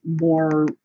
more